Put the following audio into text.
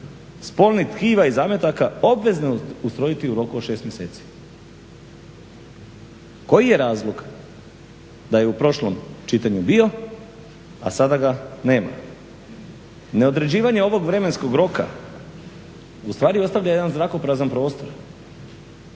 spolnih tkiva i zametaka obvezne ustrojiti u roku od 6 mjeseci. Koji je razlog da je u prošlom čitanju bio, a sada ga nema? Neodređivanje ovog vremenskog roka ustvari ostavlja jedan zrakoprazan prostor